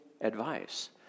advice